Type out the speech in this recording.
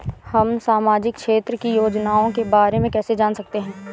हम सामाजिक क्षेत्र की योजनाओं के बारे में कैसे जान सकते हैं?